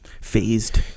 Phased